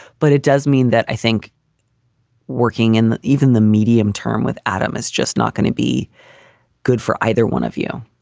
but it does mean that i think working in even the medium term with adam is just not going to be good for either one of you.